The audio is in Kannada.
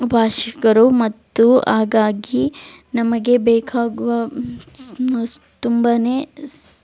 ಭಾಷಿಕರು ಮತ್ತು ಹಾಗಾಗಿ ನಮಗೆ ಬೇಕಾಗುವ ತುಂಬಾ